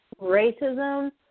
Racism